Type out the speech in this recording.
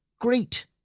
great